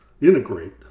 integrate